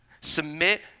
Submit